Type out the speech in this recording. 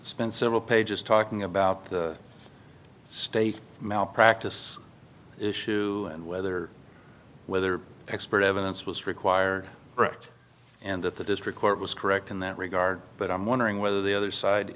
spent several pages talking about the state malpractise issue and whether whether expert evidence was required brecht and that the district court was correct in that regard but i'm wondering whether the other side